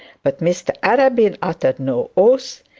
but mr arabin uttered no oaths,